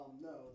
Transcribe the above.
no